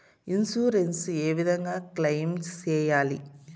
Insurance ఏ విధంగా claim సేయాలి?